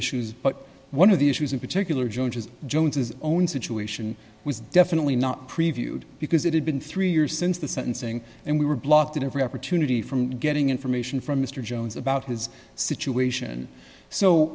issues but one of the issues in particular judges jones's own situation was definitely not previewed because it had been three years since the sentencing and we were blocked at every opportunity from getting information from mr jones about his situation so